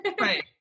Right